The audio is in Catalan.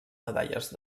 medalles